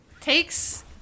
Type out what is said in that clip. takes